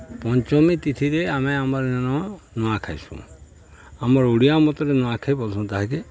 ପଞ୍ଚମୀ ତିଥିରେ ଆମେ ଆମର ନ ନୂଆଁ ଖାଇସୁଁ ଆମର ଓଡ଼ିଆ ମତରେ ନୂଆଖାଇ ବୋଲସୁଁ ତାହାକେ